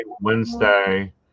Wednesday